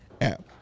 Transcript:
app